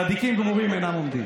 צדיקים גמורים אינם עומדים.